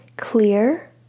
Clear